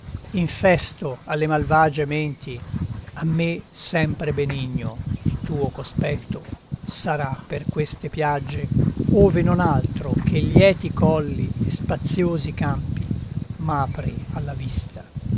infesto alle malvage menti a me sempre benigno il tuo cospetto sarà per queste piagge ove non altro che lieti colli e spaziosi campi m'apri alla vista